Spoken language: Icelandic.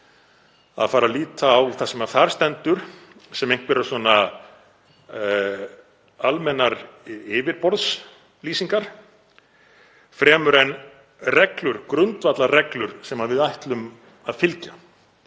að fara að líta á það sem þar stendur sem einhverjar almennar yfirborðslýsingar fremur en grundvallarreglur sem við ætlum að fylgja.